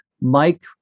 Mike